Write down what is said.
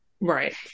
Right